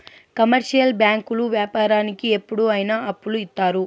commercial బ్యాంకులు వ్యాపారానికి ఎప్పుడు అయిన అప్పులు ఇత్తారు